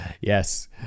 Yes